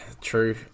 true